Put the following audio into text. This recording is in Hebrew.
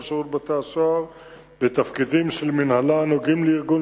שירות בתי-הסוהר בתפקידים של מינהלה הנוגעים לארגון